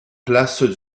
place